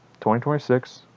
2026